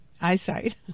eyesight